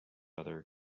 other